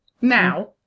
Now